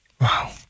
Wow